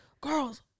girls